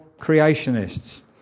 creationists